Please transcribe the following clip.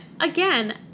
again